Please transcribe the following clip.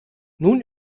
nun